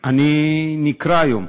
אני נקרע היום.